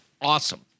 awesome